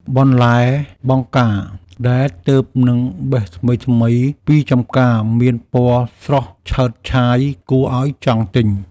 បន្លែបង្ការដែលទើបនឹងបេះថ្មីៗពីចម្ការមានពណ៌ស្រស់ឆើតឆាយគួរឱ្យចង់ទិញ។